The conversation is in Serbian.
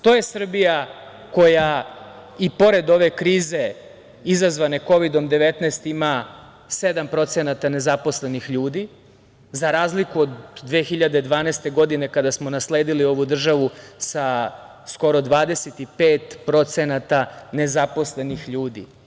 To je Srbija koja i pored ove krize izazvane Kovidom – 19 ima 7% nezaposlenih ljudi, za razliku od 2012. godine kada smo nasledili ovu državu sa skoro 25% nezaposlenih ljudi.